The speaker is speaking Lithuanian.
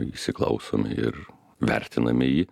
įsiklausome ir vertiname jį